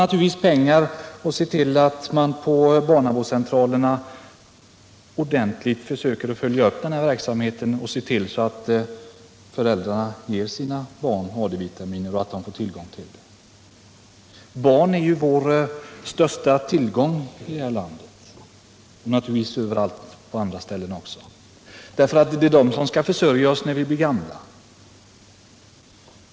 Vidare kostar det pengar om barnavårdscentralerna ordentligt skall försöka följa upp verksamheten och se till att föräldrarna ger sina barn AD-vitaminer och alltså får tillgång till sådana. Barnen är ju vår största tillgång, här i landet liksom på alla andra håll, för det är barnen som skall försörja oss när vi blir gamla.